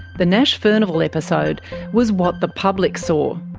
the nash furnival episode was what the public saw.